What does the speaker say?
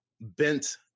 bent